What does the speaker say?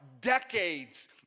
decades